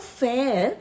fair